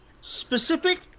Specific